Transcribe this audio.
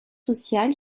social